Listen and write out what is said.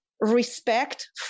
respect